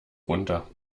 runter